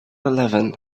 eleven